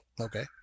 Okay